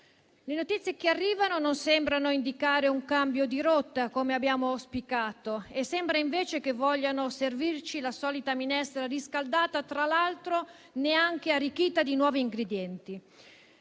Le notizie che arrivano non sembrano indicare un cambio di rotta, come abbiamo auspicato, e sembra invece che vogliano servirci la solita minestra riscaldata, tra l'altro neanche arricchita di nuovi ingredienti.